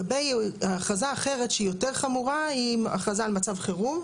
הכרזה אחרת שהיא יותר חמורה היא הכרזה על מצב חירום,